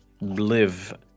live